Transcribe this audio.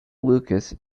lucas